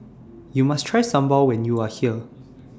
YOU must Try Sambal when YOU Are here